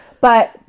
but-